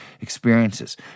experiences